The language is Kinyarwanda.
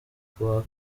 kuwa